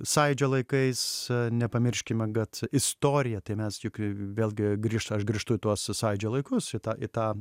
sąjūdžio laikais nepamirškime kad istorija tai mes juk vėlgi grįžtu aš grįžtu į tuos sąjūdžio laikus į tą į tą